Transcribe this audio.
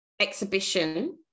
exhibition